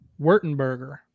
Wurtenberger